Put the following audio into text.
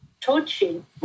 touching